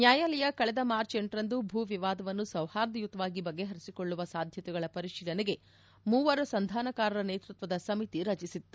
ನ್ನಾಯಾಲಯ ಕಳೆದ ಮಾರ್ಚ್ ಲರಂದು ಭೂ ವಿವಾದವನ್ನು ಸೌಹಾರ್ದಯುತವಾಗಿ ಬಗೆಹರಿಸಿಕೊಳ್ಳುವ ಸಾಧ್ಯತೆಗಳ ಪರಿಶೀಲನೆಗೆ ಮೂವರು ಸಂಧಾನಕಾರ ನೇತೃತ್ವದ ಸಮಿತಿಯನ್ನು ರಚಿಸಿತ್ತು